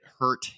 hurt